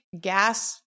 gas